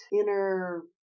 inner